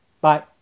Bye